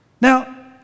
Now